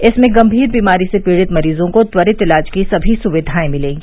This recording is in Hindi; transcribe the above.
इसमें गंभीर बीमारी से पीड़ित मरीजों को त्वरित इलाज की सभी सुविधाएं मिलेंगी